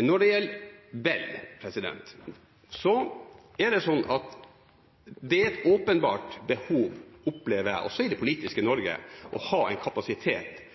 Når det gjelder Bell, opplever jeg at det er et åpenbart behov, også i det politiske Norge, å ha en kapasitet